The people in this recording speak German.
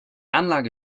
anlage